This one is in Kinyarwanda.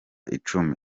icumi